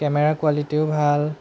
camera কোৱালিটিও ভাল